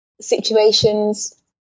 situations